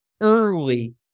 early